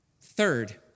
Third